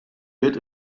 bit